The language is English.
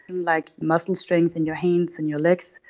like muscle strength in your hands and your legs,